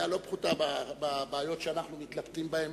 בעיה לא פחותה מהבעיות שאנחנו מתלבטים בהם